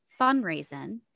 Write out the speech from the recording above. fundraising